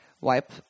Wipe